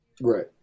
Right